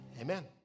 Amen